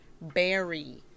Berry